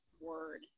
word